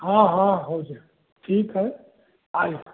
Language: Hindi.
हाँ हाँ हो जाए ठीक है आइए